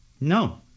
No